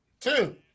Two